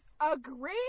Agree